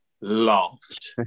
laughed